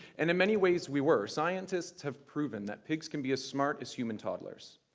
and in many ways, we were. scientists have proven that pigs can be as smart as human toddlers.